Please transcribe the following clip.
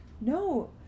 no